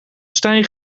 stijn